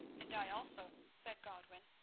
and i also, said godwin.